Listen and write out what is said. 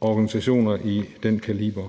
organisationer af den kaliber.